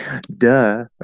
duh